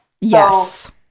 yes